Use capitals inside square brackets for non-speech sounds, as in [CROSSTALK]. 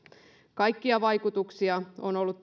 kaikkia vaikutuksia on ollut [UNINTELLIGIBLE]